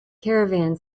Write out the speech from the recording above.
caravan